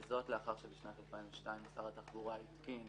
זאת לאחר שבשנת 2002 שר התחבורה התקין